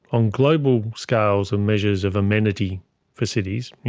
on global scales and measures of amenity for cities, you